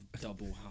double